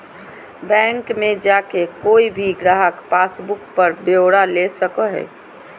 bank मे जाके कोय भी गाहक पासबुक पर ब्यौरा ले सको हय